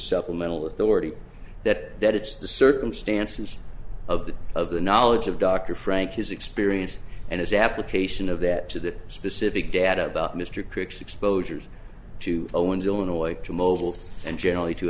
supplemental authority that that it's the circumstances of the of the knowledge of dr frank his experience and his application of that to that specific data about mr cripps exposures to owens illinois to mobile and generally t